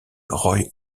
roy